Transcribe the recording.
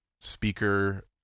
speaker